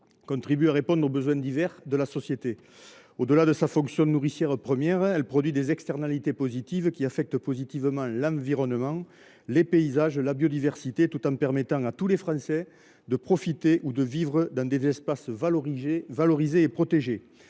contribue à répondre aux besoins divers de la société. Au delà de sa fonction nourricière première, elle produit des externalités qui affectent positivement l’environnement, les paysages et la biodiversité, tout en permettant à tous les Français de profiter d’espaces valorisés et protégés